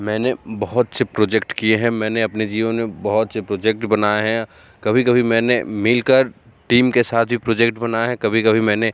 मैंने बहुत से प्रोजेक्ट किए हैं मैंने अपने जीवन में बहुत से प्रोजेक्ट बनाए हैं कभी कभी मैंने मिलकर टीम के साथ भी प्रोजेक्ट बनाए हैं कभी कभी मैंने